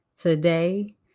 today